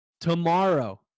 tomorrow